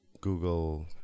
Google